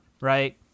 right